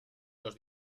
los